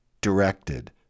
directed